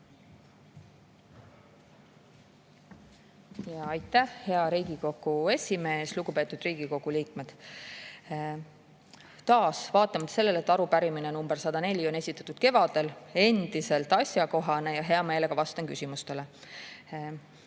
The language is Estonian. Aitäh, hea Riigikogu esimees! Lugupeetud Riigikogu liikmed! Taas, vaatamata sellele, et arupärimine nr 104 on esitatud kevadel, on see endiselt asjakohane ja hea meelega vastan küsimustele. Kas